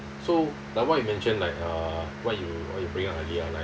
so like what you mentioned like uh what you what you bring up earlier like